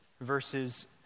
verses